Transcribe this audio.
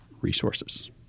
resources